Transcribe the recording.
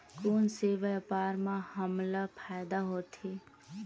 कोन से व्यापार म हमला फ़ायदा होथे?